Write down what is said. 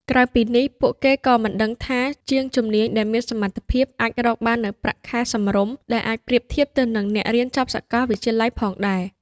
ក្រៅពីនេះ ពួកគេក៏មិនដឹងថាជាងជំនាញដែលមានសមត្ថភាព អាចរកបាននូវប្រាក់ខែសមរម្យ ដែលអាចប្រៀបធៀបទៅនឹងអ្នករៀនចប់សាកលវិទ្យាល័យផងដែរ។